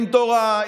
עם תורה,